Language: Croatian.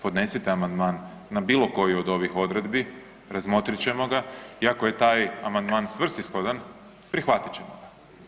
Podnesite amandman na bilo koju od ovih odredbi, razmotrit ćemo ga i ako je taj amandman svrsishodan prihvatit ćemo ga.